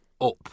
up